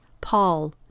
Paul